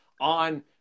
on